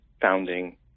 founding